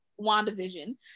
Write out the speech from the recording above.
wandavision